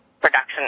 production